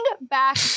back